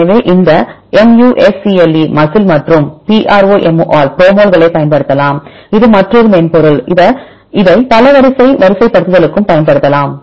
எனவே இந்த MUSCLE மற்றும் PROMOL களைப் பயன்படுத்தலாம் இது மற்றொரு மென்பொருள் இதை பல வரிசை வரிசைப்படுத்தலுக்கும் பயன்படுத்தலாம்